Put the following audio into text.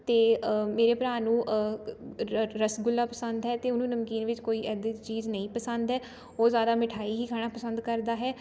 ਅਤੇ ਮੇਰੇ ਭਰਾ ਨੂੰ ਰ ਰਸਗੁੱਲਾ ਪਸੰਦ ਹੈ ਅਤੇ ਉਹਨੂੰ ਨਮਕੀਨ ਵਿੱਚ ਕੋਈ ਇੱਦਾਂ ਦੀ ਚੀਜ਼ ਨਹੀਂ ਪਸੰਦ ਏ ਉਹ ਜ਼ਿਆਦਾ ਮਿਠਾਈ ਹੀ ਖਾਣਾ ਪਸੰਦ ਕਰਦਾ ਹੈ